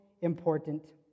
important